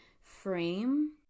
frame